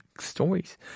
stories